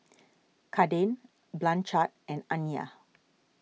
Kaden Blanchard and Aniyah